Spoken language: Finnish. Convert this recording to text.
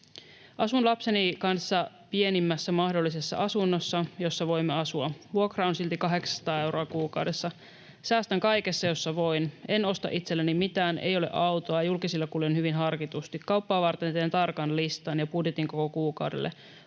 Asun lapseni kanssa pienimmässä mahdollisessa asunnossa, jossa voimme asua. Vuokra on silti 800 euroa kuukaudessa. Säästän kaikessa, jossa voin. En osta itselleni mitään. Ei ole autoa, julkisilla kuljen hyvin harkitusti. Kauppaa varten teen tarkan listan ja budjetin koko kuukaudelle.